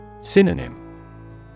Synonym